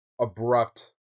abrupt